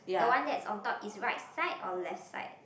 the one that's on top is right side or left side